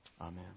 amen